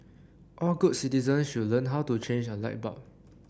all good citizens should learn how to change a light bulb